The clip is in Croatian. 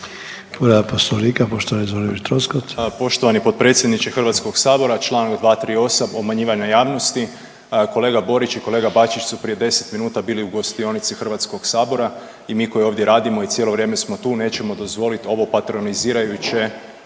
Troskot. **Troskot, Zvonimir (MOST)** Poštovani potpredsjedniče HS čl. 238. obmanjivanje javnosti. Kolega Borić i kolega Bačić su prije 10 minuta bili u gostionici HS i mi koji ovdje radimo i cijelo vrijeme smo tu nećemo dozvolit ovo patronizirajuće